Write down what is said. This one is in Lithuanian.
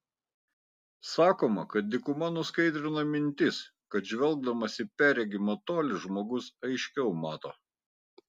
sakoma kad dykuma nuskaidrina mintis kad žvelgdamas į perregimą tolį žmogus aiškiau mato